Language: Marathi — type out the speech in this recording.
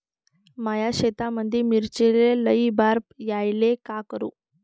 माया शेतामंदी मिर्चीले लई बार यायले का करू?